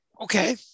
Okay